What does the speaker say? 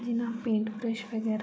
जियां paint brush बगैरा